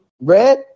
red